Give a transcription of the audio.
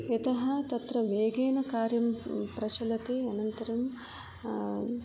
यतः तत्र वेगेन कार्यं प्रचलति अनन्तरं